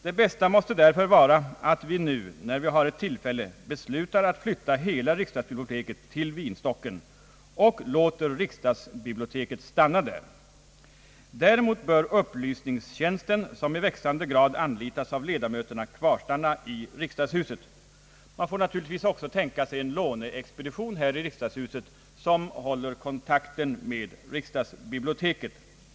Det bästa måste därför vara att vi nu, när vi har ett tillfälle, beslutar att flytta hela riksdagsbiblioteket till kvarteret Vinstocken och låter riksdagsbiblioteket stanna där. Däremot bör upplysningstjänsten, som i växande grad anlitas av ledamöterna, kvarstanna i riksdagshuset. Man får naturligtvis också tänka sig en låneexpedition här i riksdagshuset som håller kontakten med riksdagsbiblioteket.